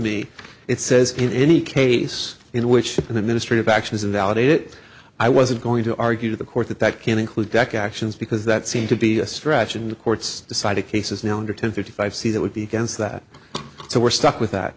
me it says in any case in which an administrative action is invalid it i wasn't going to argue to the court that that can include deck actions because that seemed to be a stretch in the courts decided cases now under ten thirty five c that would be against that so we're stuck with that